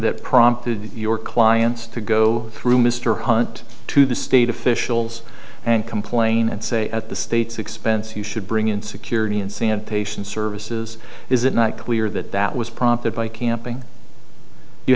that prompted your clients to go through mr hunt to the state officials and complain and say at the state's expense you should bring in security and sanitation services is it not clear that that was prompted by